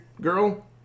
girl